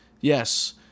Yes